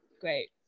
Great